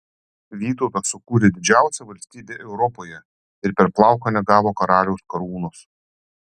vytautas sukūrė didžiausią valstybę europoje ir per plauką negavo karaliaus karūnos